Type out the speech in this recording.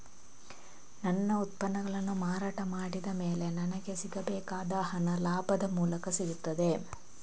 ನನ್ನ ಉತ್ಪನ್ನಗಳನ್ನು ಮಾರಾಟ ಮಾಡಿದ ಮೇಲೆ ನನಗೆ ಸಿಗಬೇಕಾದ ಹಣ ಹೇಗೆ ಸಿಗುತ್ತದೆ?